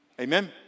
Amen